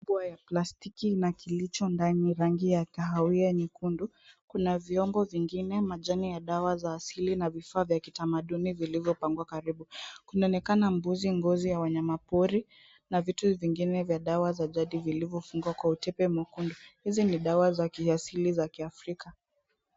Kubwa ya plastiki na kilicho ndani ni rangi ya kahawia nyekundu. Kuna vyombo vingine, majani ya dawa za asili na vifaa vya kitamaduni vilivyopangwa karibu. Kunaonekana mbuzi, ngozi ya wanyama pori na vitu vingine vya dawa za jadi vilivyofungwa kwa utepe mwekundu. Hizi ni dawa za kiasili za kiafrika.